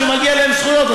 כשמגיעות להן זכויות,